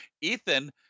Ethan